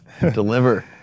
Deliver